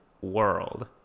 world